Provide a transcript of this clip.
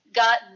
got